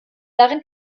darin